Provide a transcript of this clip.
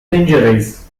injuries